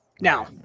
Now